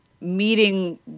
meeting